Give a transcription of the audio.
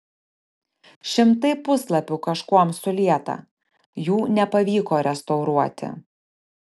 šimtai puslapių kažkuom sulieta jų nepavyko restauruoti